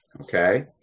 Okay